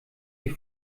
die